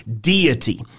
deity